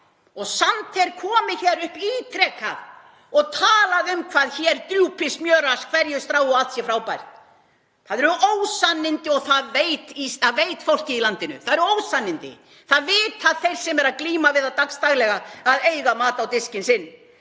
Samt er komið hér upp ítrekað og talað um hvað hér drjúpi smjör af hverju strái og allt sé frábært. Það eru ósannindi og það veit fólkið í landinu. Það vita þeir sem eru að glíma við það dagsdaglega að eiga mat á diskinn sinn,